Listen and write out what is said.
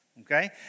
Okay